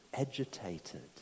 agitated